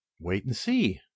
Wait-and-see